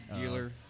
Dealer